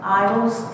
idols